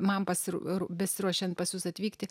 man pas ir besiruošiant pas jus atvykti